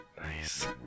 Nice